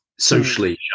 socially